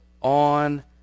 on